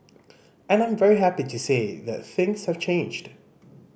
and I'm very happy to say that things have changed